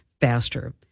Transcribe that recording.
faster